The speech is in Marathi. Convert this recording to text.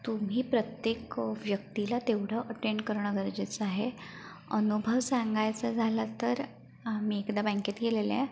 तुम्ही प्रत्येक व्यक्तीला तेवढं अटेंड करणं गरजेचं आहे अनुभव सांगायचं झाला तर मी एकदा बँकेत गेलेले